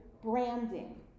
Branding